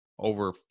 over